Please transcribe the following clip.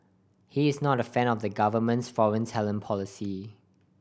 he is not a fan of the government's foreign talent policy